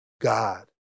God